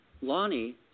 Lonnie